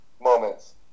moments